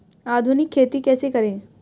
आधुनिक खेती कैसे करें?